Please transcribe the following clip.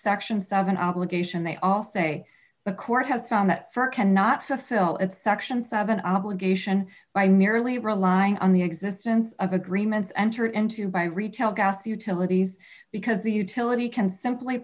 section seven obligation they all say the court has found that for cannot sell its section seven obligation by merely relying on the existence of agreements entered into by retail gas utilities because the utility can simply